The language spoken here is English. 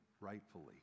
rightfully